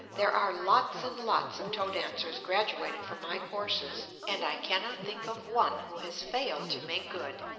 there are lots and lots of toe dancers graduated from my courses, and i cannot think of one who has failed to make good.